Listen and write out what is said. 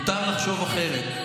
מותר לחשוב אחרת.